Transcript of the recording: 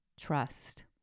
trust